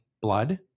blood